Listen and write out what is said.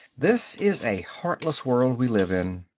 this is a heartless world we live in.